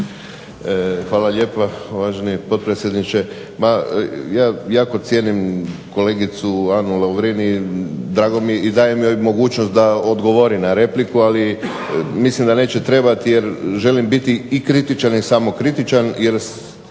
Hvala lijepa uvaženi potpredsjedniče. Ma ja jako cijenim kolegicu Anu Lovrin i drago mi je, i dajem joj mogućnost da odgovori na repliku, ali mislim da neće trebati jer želim biti i kritičan i samokritičan